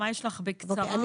בבקשה.